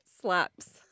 slaps